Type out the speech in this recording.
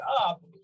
up